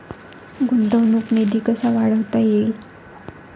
गुंतवणूक निधी कसा वाढवता येईल?